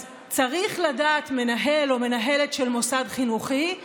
אז מנהל או מנהלת של מוסד חינוך צריכים